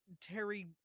Terry